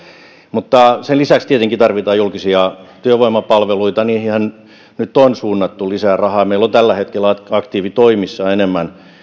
mutta sen lisäksi tarvitaan tietenkin julkisia työvoimapalveluita niihinhän nyt on suunnattu lisää rahaa meillä on tällä hetkellä aktiivitoimissa enemmän